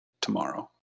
tomorrow